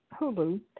Hulu